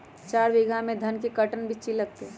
चार बीघा में धन के कर्टन बिच्ची लगतै?